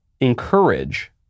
encourage